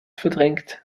verdrängt